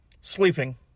sleeping